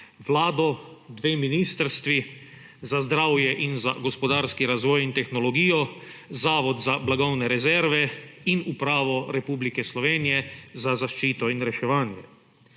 Vlado, dve ministrstvi, in sicer za zdravje in za gospodarski razvoj in tehnologijo, Zavod za blagovne rezerve in Upravo Republike Slovenije za zaščito in reševanje.